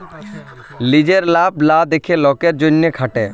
লিজের লাভ লা দ্যাখে লকের জ্যনহে খাটে